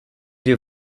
your